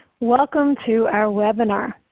welcome to our webinar,